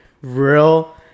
real